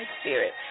spirit